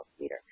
leader